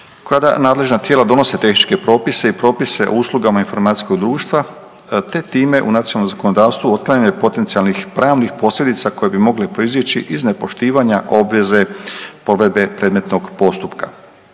koja nadležna tijela donose tehničke propise i propise o uslugama informacijskog društva te time u nacionalno zakonodavstvo otklanjanje potencijalnih pravnih posljedica koje bi mogle proizići iz nepoštivanja obveze provedbe predmetnog postupka.